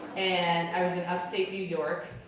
and i was in upstate new york.